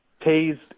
tased